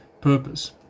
purpose